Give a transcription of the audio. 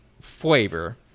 flavor